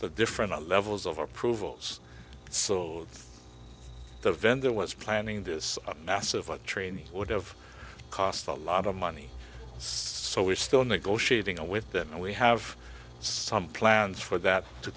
the different levels of approvals so the vendor was planning this massive a train would have cost a lot of money so we're still negotiating and with that and we have some plans for that to